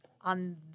on